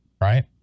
right